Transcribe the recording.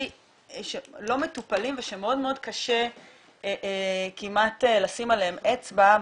לא מטופלים ושמאוד קשה לשים עליהם אצבע.